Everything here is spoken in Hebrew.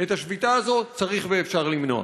את השביתה הזאת צריך ואפשר למנוע.